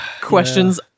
questions